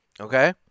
Okay